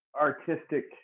artistic